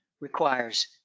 requires